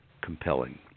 compelling